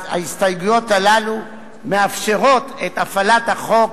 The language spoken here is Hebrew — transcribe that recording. ההסתייגויות הללו מאפשרות את הפעלת החוק